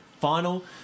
final